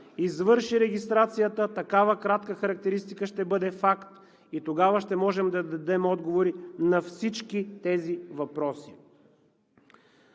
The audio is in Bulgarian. извърши регистрацията, такава кратка характеристика ще бъде факт и тогава ще можем да дадем отговори на всички тези въпроси.